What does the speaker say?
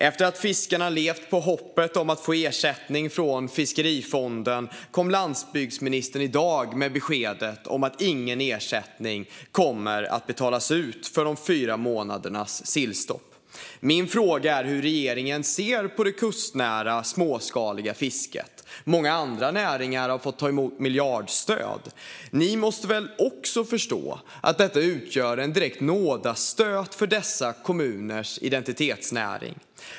Efter att fiskarna levt på hoppet om att få ersättning från fiskerifonden kom landsbygdsministern i dag med beskedet att ingen ersättning kommer att betalas ut för de fyra månadernas sillfiskestopp. Min fråga är: Hur ser regeringen på det kustnära småskaliga fisket? Många andra näringar har fått ta emot miljardstöd. Ni måste väl också förstå att detta utgör en direkt nådastöt för dessa kommuners identitetsnäring.